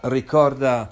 ricorda